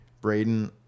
Braden